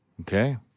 Okay